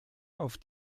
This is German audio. auf